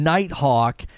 Nighthawk